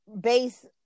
base